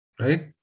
Right